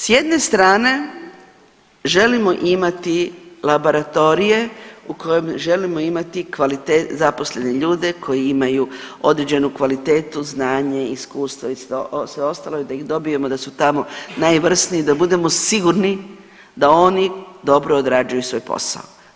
S jedne strane želimo imati laboratorije u kojima želimo imati zaposlene ljude koji imaju određenu kvalitetu, znanje, iskustvo i sve ostalo, da ih dobijemo da su tamo najvrsniji, da budemo sigurni da oni dobro odrađuju svoj posao.